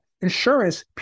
Insurance